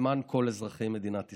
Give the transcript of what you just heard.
למען כל אזרחי מדינת ישראל.